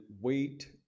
weight